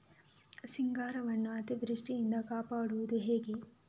ಸಿಂಗಾರವನ್ನು ಅತೀವೃಷ್ಟಿಯಿಂದ ಕಾಪಾಡುವುದು ಹೇಗೆ?